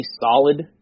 solid